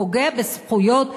פוגע בזכויות האדם.